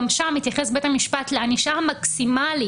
גם שם מתייחס בית המשפט לענישה המקסימלית.